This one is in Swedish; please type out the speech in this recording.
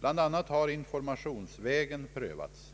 BI. a. har informationsvägen prövats.